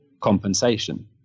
compensation